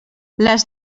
les